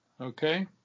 okay